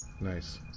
Nice